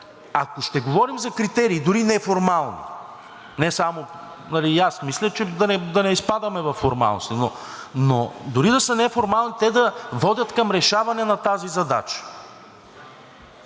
Ако ще говорим за критерии, дори неформални и не само – мисля да не изпадаме във формалности, но дори да са неформални, те да водят към решаване на тази задача.